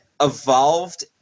evolved